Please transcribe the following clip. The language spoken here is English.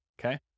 okay